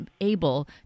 able